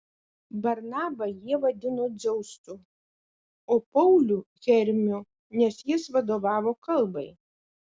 barnabą jie vadino dzeusu o paulių hermiu nes jis vadovavo kalbai